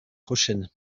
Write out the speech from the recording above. prochaine